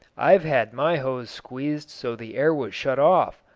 i've had my hose squeezed so the air was shut off.